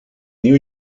new